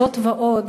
זאת ועוד,